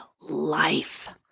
life